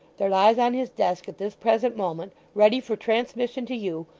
there lies on his desk at this present moment, ready for transmission to you,